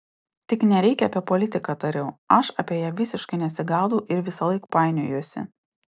tik nereikia apie politiką tariau aš apie ją visiškai nesigaudau ir visąlaik painiojuosi